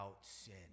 sin